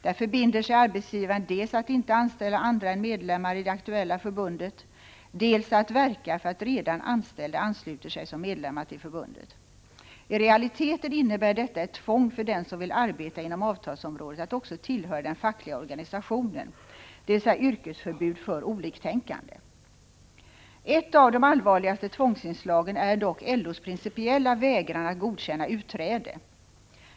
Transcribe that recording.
Där förbinder sig arbetsgivaren dels att inte anställa andra än medlemmar i aktuellt förbund, dels att verka för att redan anställda ansluter sig som medlemmar till förbundet. I realiteten innebär detta ett tvång för den som vill arbeta inom avtalsområdet att också tillhöra den fackliga organisationen, dvs. yrkesförbud för oliktänkande. Ett av de allvarligaste tvångsinslagen är dock LO:s principiella vägran att godkänna utträde.